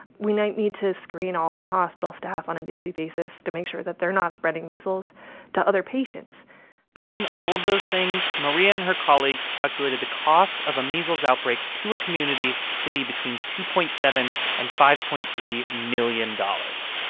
we might need to screen all of the hospital staff on a daily basis to make sure that they're not spreading measles to other patients between all of those things, maria and her colleagues calculated the cost of a measles outbreak to a community to be between two point seven and five point three million dollars.